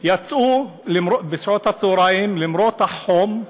יצאו בסביבות הצהריים, למרות החום,